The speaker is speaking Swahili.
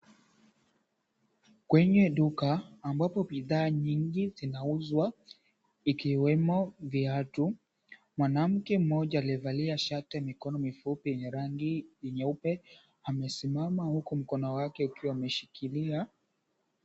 Kwenye duka ambapo bidhaa nyingi zinauzwa ikiwemo viatu. Mwanamke mmoja aliyevalia shati ya mikono mifupi yenye rangi nyeupe amesimama huku mkono wake ukiwa umeshikilia.